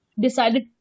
decided